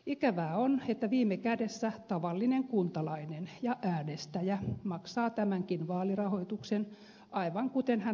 ikävää on että viime kädessä tavallinen kuntalainen ja äänestäjä maksaa tämänkin vaalirahoituksen aivan kuten hän maksaa jokaisen makkaramainoksenkin